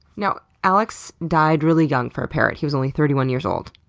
you know alex died really young for a parrot. he was only thirty one years old.